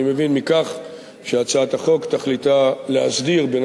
אני מבין מכך שהצעת החוק תכליתה להסדיר בין